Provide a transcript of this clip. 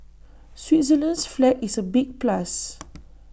Switzerland's flag is A big plus